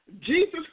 Jesus